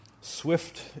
Swift